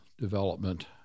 development